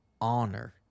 honor